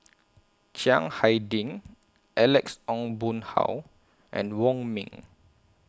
Chiang Hai Ding Alex Ong Boon Hau and Wong Ming